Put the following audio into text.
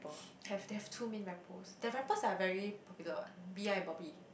have they have too many rappers their rappers are very popular one B_I Bobby